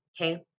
Okay